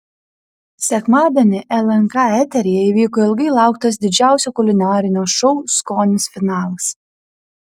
sekmadienį lnk eteryje įvyko ilgai lauktas didžiausio kulinarinio šou skonis finalas